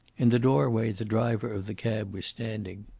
in the doorway the driver of the cab was standing.